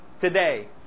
today